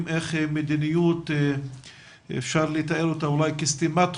שמדובר במדיניות שהיא סתימת חורים,